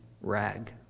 rag